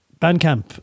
Bandcamp